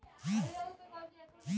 व्यापारिक बैंक निजी बैंक मे आवेला